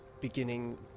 beginning